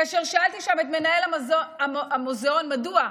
כאשר שאלתי שם את מנהל המוזיאון מדוע,